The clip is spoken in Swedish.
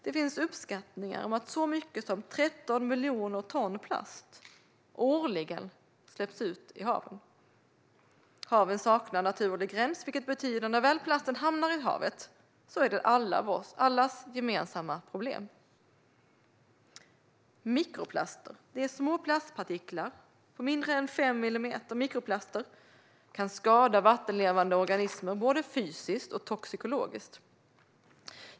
Det finns uppskattningar om att så mycket som 13 miljoner ton plast årligen släpps ut i haven. Havet saknar naturlig gräns vilket betyder att när plasten väl hamnat i havet är det allas gemensamma problem. Mikroplaster är små plastpartiklar som är mindre än fem millimeter. Mikroplaster kan skada vattenlevande organismer både fysiskt och toxikologiskt.